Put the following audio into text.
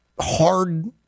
hard